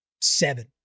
seven